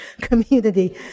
community